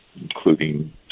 including